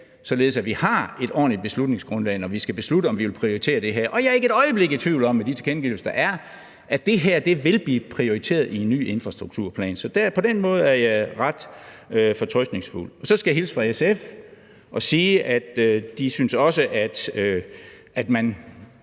således at vi har et ordentligt beslutningsgrundlag, når vi skal beslutte, om vi vil prioritere det her, og jeg er ikke et øjeblik i tvivl om – med de tilkendegivelser, der er – at det her vil blive prioriteret i en ny infrastrukturplan. Så på den måde er jeg ret fortrøstningsfuld. Så skal jeg hilse fra SF og sige, at de også synes, at man,